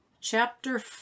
chapter